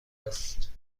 است